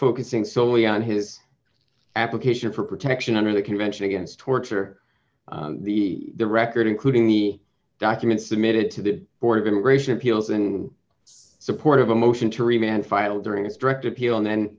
focusing solely on his application for protection under the convention against torture the the record including the documents submitted to the board of immigration appeals in support of a motion to remain on file during his direct appeal and then